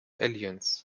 alliance